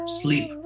sleep